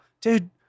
Dude